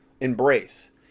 embrace